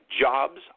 jobs